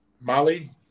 Molly